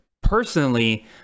personally